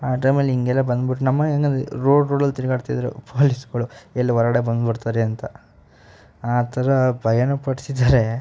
ಆ ಟೈಮಲ್ಲಿ ಹಿಂಗೆಲ್ಲ ಬಂದ್ಬಿಟ್ರೆ ನಮ್ಮನೆಲಿ ಹೆಂಗಂದ್ರೆ ರೋಡ್ ರೋಡಲ್ಲಿ ತಿರುಗಾಡ್ತಿದ್ರು ಪೊಲೀಸ್ಗಳು ಎಲ್ಲಿ ಹೊರ್ಗಡೆ ಬಂದ್ಬಿಡ್ತಾರೆ ಅಂತ ಆ ಥರ ಭಯನೂ ಪಡಿಸಿದ್ದಾರೆ